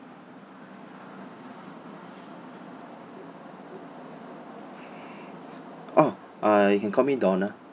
orh you can call me donald